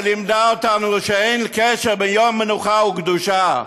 שלימדה אותנו שאין קשר בין יום מנוחה לקדושה.